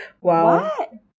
Wow